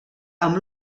amb